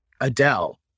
adele